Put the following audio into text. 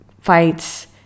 fights